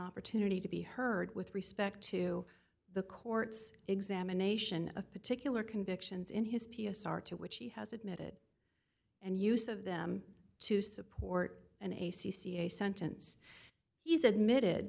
opportunity to be heard with respect to the court's examination of particular convictions in his p s r to which he has admitted and use of them to support an a c c a sentence he's admitted